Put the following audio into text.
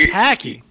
tacky